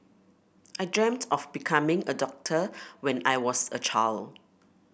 I dreamt of becoming a doctor when I was a child